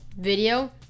video